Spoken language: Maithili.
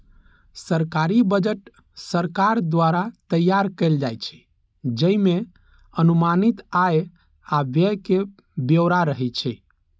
सरकारी बजट सरकार द्वारा तैयार कैल जाइ छै, जइमे अनुमानित आय आ व्यय के ब्यौरा रहै छै